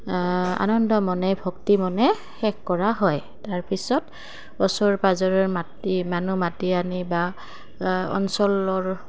আনন্দ মনে ভক্তি মনে শেষ কৰা হয় তাৰ পিছত ওচৰ পাঁজৰেৰ মাতি মানুহ মতি আনি বা অঞ্চলৰ